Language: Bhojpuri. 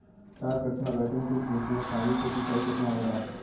चार कट्ठा बैंगन के खेत में पानी के सिंचाई केतना होला?